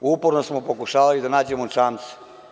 Uporno smo pokušavali da nađemo čamce.